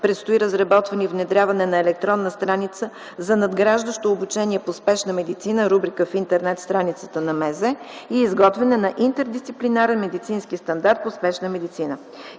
предстои разработване и внедряване на електронна страница за надграждащо обучение по спешна медицина – рубрика в интернет страницата на Министерството на здравеопазването, и изготвяне на интердисциплинарен медицински стандарт по спешна медицина.